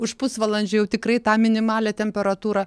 už pusvalandžio jau tikrai tą minimalią temperatūrą